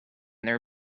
their